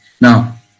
now